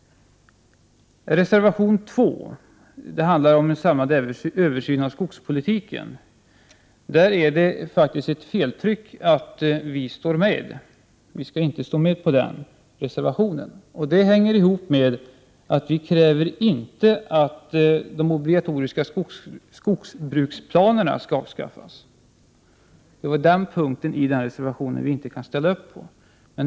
Reservation 2 handlar om en samlad översyn av skogspolitiken. Det är faktiskt ett tryckfel att vi står med på den reservationen. Vi står inte bakom den, och det hänger ihop med att vi inte kräver att de obligatoriska skogsbruksplanerna skall avskaffas. Så den punkten i reservationen kan vi inte ställa oss bakom.